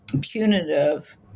punitive